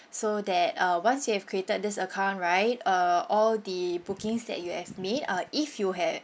so that uh once you have created this account right uh all the bookings that you have made uh if you had